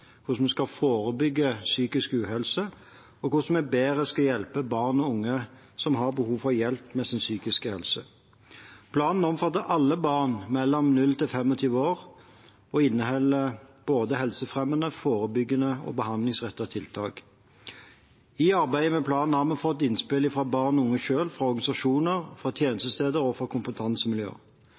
hvordan vi skal forebygge psykisk uhelse, og hvordan vi bedre skal hjelpe barn og unge som har behov for hjelp med sin psykiske helse. Planen omfatter alle barn fra 0 til 25 år og inneholder både helsefremmende, forebyggende og behandlingsrettede tiltak. I arbeidet med planen har vi fått innspill fra barn og unge selv, fra organisasjoner, fra tjenestesteder og fra kompetansemiljøer.